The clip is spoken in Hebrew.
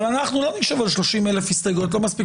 אבל אנחנו לא נשב על 30,000 הסתייגויות לא מספיק